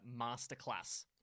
Masterclass